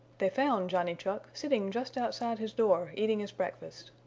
they found johnny chuck sitting just outside his door eating his breakfast.